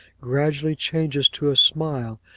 gradually changes to a smile,